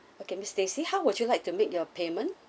okay miss stacey how would you like to make your payment